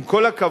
עם כל הכבוד,